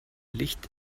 licht